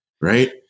right